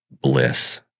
bliss